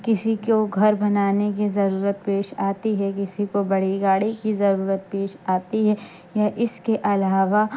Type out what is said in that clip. کسی کو گھر بنانے کی ضرورت پیش آتی ہے کسی کو بڑی گاڑی کی ضرورت پیش آتی ہے یا اس کے علاوہ